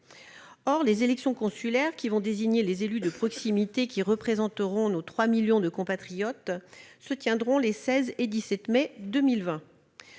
Or les élections consulaires, qui vont désigner les élus de proximité qui représenteront nos trois millions de compatriotes, se tiendront les 16 et 17 mai 2020.